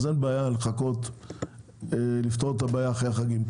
אין בעיה לחכות ולפתור את הבעיה אחרי החגים.